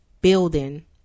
building